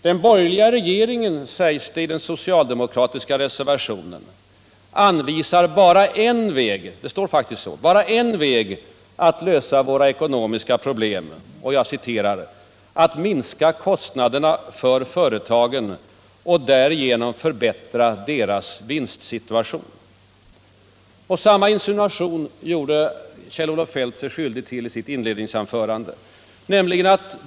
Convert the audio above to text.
Den borgerliga regeringen — sägs det i den socialdemokratiska reservationen — anvisar bara en väg, det står faktiskt så, att lösa våra ekonomiska problem: ”att minska kostnaderna för företagen och därigenom förbättra deras vinstsituation.” Samma insinuation gjorde sig Kjell-Olof Feldt skyldig till i sitt inledningsanförande.